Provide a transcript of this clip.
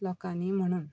लोकांनी म्हणून